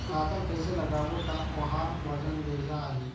पातल कइसे लगाबो ता ओहार वजन बेडिया आही?